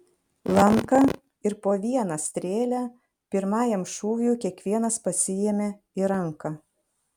lanką ir po vieną strėlę pirmajam šūviui kiekvienas pasiėmė į ranką